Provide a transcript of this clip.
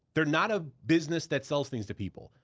they're not a business that sells things to people.